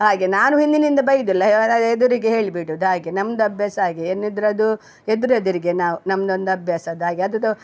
ಹಾಗೆ ನಾನು ಹಿಂದಿನಿಂದ ಬೈಯ್ಯೋದಿಲ್ಲ ಎದುರಿಗೆ ಹೇಳ್ಬಿಡುದು ಹಾಗೆ ನಮ್ದು ಅಭ್ಯಾಸ ಹಾಗೆ ಏನಿದ್ರದ್ದು ಎದುರು ಎದುರಿಗೆ ನಾವು ನಮ್ದೊಂದು ಅಭ್ಯಾಸದು ಹಾಗೆ ಅದುದು